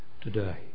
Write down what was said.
today